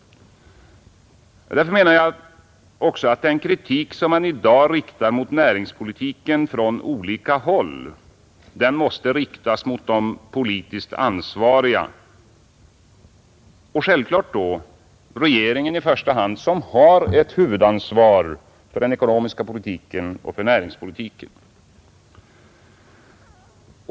Därför menar jag också att den kritik som man i dag anför mot näringspolitiken från olika håll måste riktas mot de politiskt ansvariga och självfallet då i första hand mot regeringen, som har ett huvudansvar för den ekonomiska politiken och för näringspolitiken.